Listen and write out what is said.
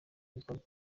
gikorwa